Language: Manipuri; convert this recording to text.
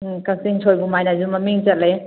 ꯎꯝ ꯀꯛꯆꯤꯡ ꯁꯣꯏꯕꯨꯝ ꯍꯥꯏꯅꯁꯨ ꯃꯃꯤꯡ ꯆꯠꯂꯦ